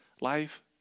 life